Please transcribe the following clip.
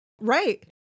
right